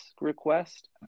request